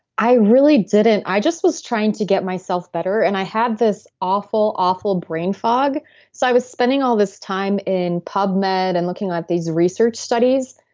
i really didn't. i just was trying to get myself better. and i had this awful, awful brain fog so i was spending all this time in pubmed and looking at these research studies,